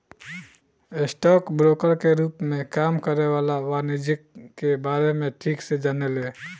stock broker के रूप में काम करे वाला वाणिज्यिक के बारे में ठीक से जाने ले